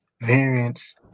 variants